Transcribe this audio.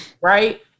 Right